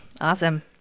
Awesome